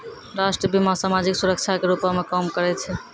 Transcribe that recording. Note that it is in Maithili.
राष्ट्रीय बीमा, समाजिक सुरक्षा के रूपो मे काम करै छै